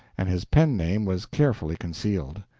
and his pen-name was carefully concealed.